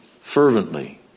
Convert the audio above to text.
fervently